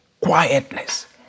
quietness